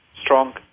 strong